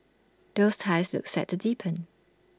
those ties look set to deepen